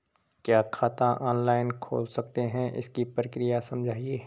क्या खाता ऑनलाइन खोल सकते हैं इसकी प्रक्रिया समझाइए?